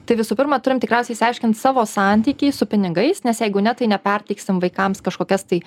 tai visų pirma turim tikriausiai išsiaiškint savo santykį su pinigais nes jeigu ne tai neperteiksim vaikams kažkokias tai